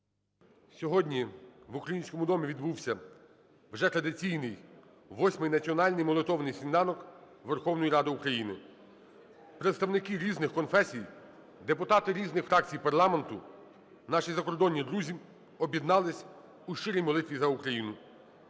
Сьогодні в Українському домі відбувся вже традиційний, восьмий, Національний молитовний сніданок Верховної Ради України. Представники різних конфесій, депутати різних фракцій парламенту, наші закордонні друзі об'єднались у щирій молитві за Україну.